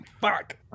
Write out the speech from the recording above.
Fuck